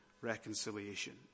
reconciliation